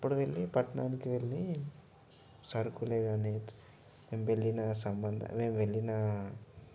అప్పుడు వెళ్ళి పట్టణానికి వెళ్ళి సరుకులే కానీ మేము వెళ్ళిన సంబంధ మేం వెళ్ళినా